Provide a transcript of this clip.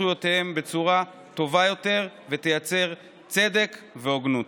זכויותיהם בצורה טובה יותר ותייצר צדק והוגנות.